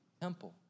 temple